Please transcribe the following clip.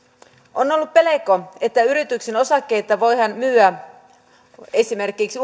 on ollut pelko että yrityksen osakkeita voidaan myydä esimerkiksi